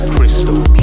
Crystal